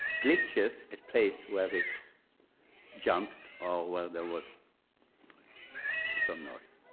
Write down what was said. glitches at place where it jumped or where there was some noise.